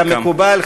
שכמקובל,